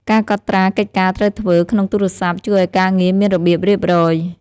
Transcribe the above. ការកត់ត្រាកិច្ចការត្រូវធ្វើ ក្នុងទូរស័ព្ទ ជួយឱ្យការងារមានរបៀបរៀបរយ។